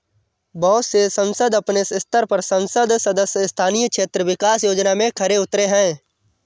बहुत से संसद अपने स्तर पर संसद सदस्य स्थानीय क्षेत्र विकास योजना में खरे उतरे हैं